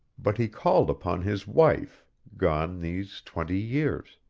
but he called upon his wife, gone these twenty years.